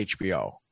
HBO